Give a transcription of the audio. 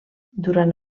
durant